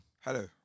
Hello